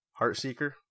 Heartseeker